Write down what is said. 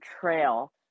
trail